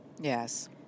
Yes